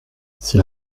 s’il